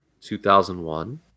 2001